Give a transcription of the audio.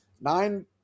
nine